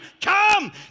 come